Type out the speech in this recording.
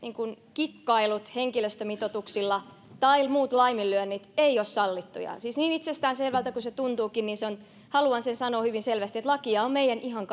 kikkailut henkilöstömitoituksilla tai muut laiminlyönnit eivät ole sallittuja siis niin itsestäänselvältä kuin se tuntuukin haluan sen sanoa hyvin selvästi että lakia on meidän ihan